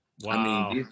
Wow